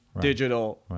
digital